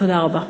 תודה רבה.